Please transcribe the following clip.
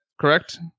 correct